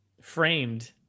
framed